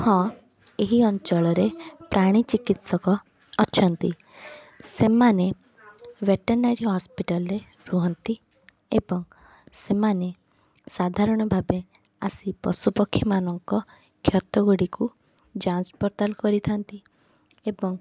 ହଁ ଏହି ଅଞ୍ଚଳରେ ପ୍ରାଣୀ ଚିକିତ୍ସକ ଅଛନ୍ତି ସେମାନେ ଭେଟେନାରୀ ହସ୍ପିଟାଲରେ ରୁହନ୍ତି ଏବଂ ସେମାନେ ସାଧାରଣ ଭାବେ ଆସି ପଶୁପକ୍ଷୀ ମାନଙ୍କ କ୍ଷତ ଗୁଡ଼ିକୁ ଯାଞ୍ଚ ପରତାଳ କରିଥାନ୍ତି ଏବଂ